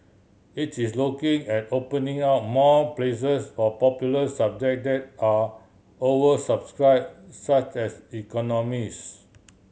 it is looking at opening up more places for popular subject that are oversubscribe such as economics